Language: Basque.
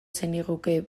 zeniguke